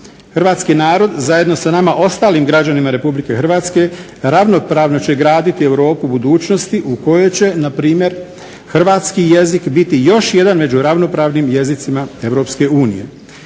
Hrvatski narod zajedno sa nama ostalim građanima Republike Hrvatske ravnopravno će graditi Europu budućnosti u kojoj će npr. hrvatski jezik biti još jedan među ravnopravnim jezicima